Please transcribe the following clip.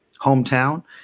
hometown